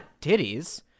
titties